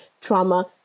trauma